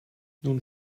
nun